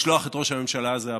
ולשלוח את ראש הממשלה הזה הביתה.